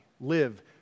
Live